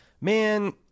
Man